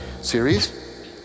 series